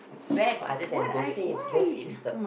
where got other than gossip gossip is the